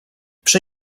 przy